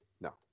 No